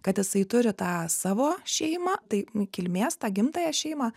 kad jisai turi tą savo šeimą tai kilmės tą gimtąją šeimą